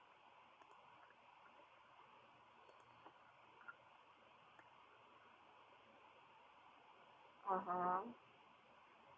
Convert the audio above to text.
(uh huh)